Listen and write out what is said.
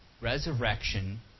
Resurrection